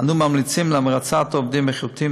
אנו ממליצים על המרצת עובדים איכותיים,